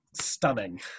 stunning